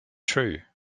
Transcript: true